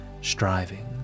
striving